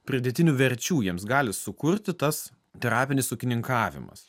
pridėtinių verčių jiems gali sukurti tas terapinis ūkininkavimas